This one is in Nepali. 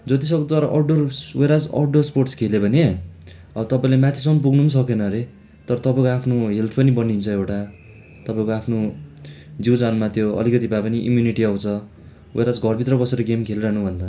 जतिसक्दो तर आउटडोर्स वेरएज आउटडोर स्पोर्ट्स खेल्यो भने अब तपाईँले माथिसम्म पुग्नु पनि सकेन हरे तर तपाईँको आफ्नो हेल्थ पनि बनिन्छ एउटा तपाईँको आफ्नो जिउजानमा त्यो अलिकति भए पनि इम्युनिटी आउँछ वेरएज घरभित्र बसेर गेम खेलिरहनु भन्दा